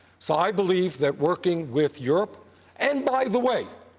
so i believe that working with europe and, by the way,